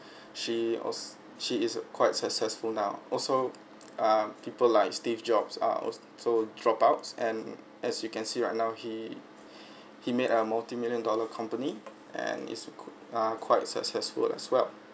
she was she is quite successful now also ah people like steve jobs are also dropouts and as you can see right now he he made a multimillion dollar company and it's ah quite successful as well